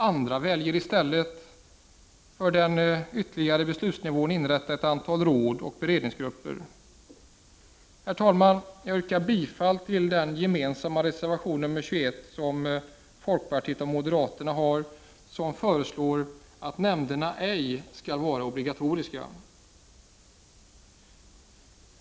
Andra väljer att i stället för den ytterligare beslutsnivån inrätta ett antal råd och beredningsgrupper. Herr talman! Jag yrkar bifall till reservation 21, som är gemensam för folkpartiet och moderaterna. I denna reservation föreslås att nämnderna ej skall vara obligatoriska.